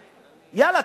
יאללה,